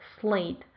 slate